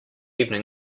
evening